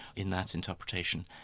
in that interpretation,